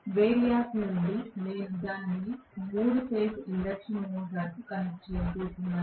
variac నుండి నేను దానిని 3 ఫేజ్ ఇండక్షన్ మోటారుకు కనెక్ట్ చేయబోతున్నాను